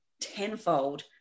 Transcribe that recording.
tenfold